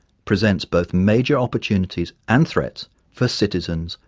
presents both major opportunities and threats for citizens,